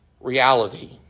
reality